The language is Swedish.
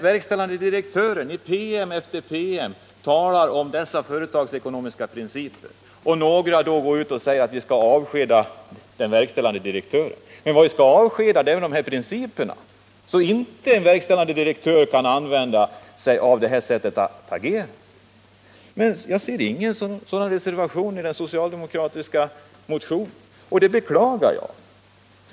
Verkställande direktören talar i PM efter PM om dessa företagsekonomiska principer, och några går då ut och säger att vi skall avskeda den verkställande direktören. Men vad vi skall avskeda är väl principerna, så att verkställande direktören inte kan agera på detta sätt. Jag ser emellertid inte någon sådan reservation från socialdemokraterna, och det beklagar jag.